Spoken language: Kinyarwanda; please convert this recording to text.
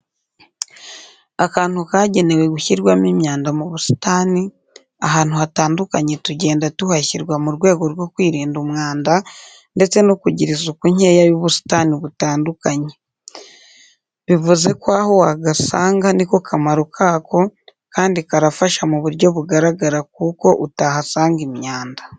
Akantu kagenewe gushyirwamo imyanda mu busitani, ahantu hatandukanye tugenda tuhashyirwa mu rwego rwo kwirinda umwanda ndetse no kugira isuku nkeya y'ubusitani butandukanye. Bivuze ko aho wagasanga niko kamaro kako, kandi karafasha mu buryo bugaragara kuko utahasanga imyanda.